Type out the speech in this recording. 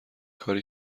کاری